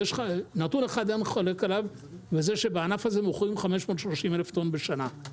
נתון אחד אין חולק עליו וזה שבענף הזה מוכרים 530,000 טון בשנה.